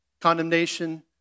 Condemnation